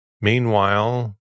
Meanwhile